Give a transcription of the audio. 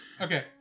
Okay